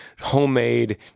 homemade